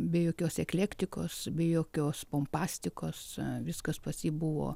be jokios eklektikos be jokios pompastikos viskas pas jį buvo